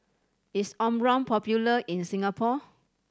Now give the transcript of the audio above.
is Omron popular in Singapore